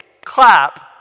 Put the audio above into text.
clap